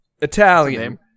Italian